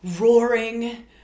roaring